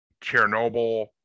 Chernobyl